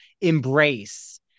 embrace